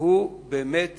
הוא באמת